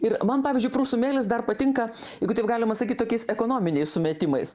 ir man pavyzdžiui prūsų mėlis dar patinka jeigu taip galima sakyt tokiais ekonominiais sumetimais